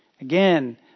Again